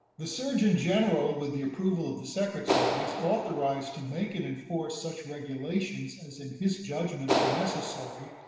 the surgeon general, with the approval of the secretary, is authorized to make and enforce such regulations, as in his judgment are necessary,